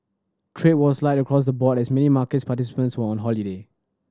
trade was light across the board as main market participants were on holiday